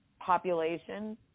population